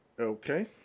Okay